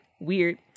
Weird